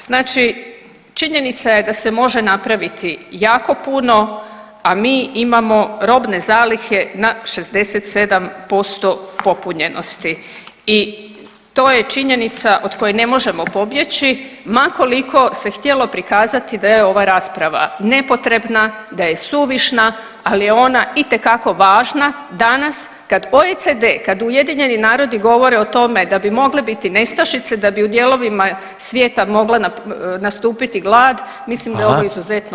Znači činjenica je da se može napraviti jako puno, a mi imamo robne zalihe na 67% popunjenosti i to je činjenica od koje ne možemo pobjeći ma koliko se htjelo prikazati da je ova rasprava nepotrebna, da je suvišna, ali je ona itekako važno danas kad OECD, kad UN govore o tome da bi moglo biti nestašice, da bi u dijelovima svijeta mogla nastupiti glad, mislim da je ovo izuzetno važno.